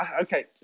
Okay